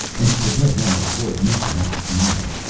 and he could no longer avoid making up his mind.